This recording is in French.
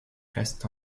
restent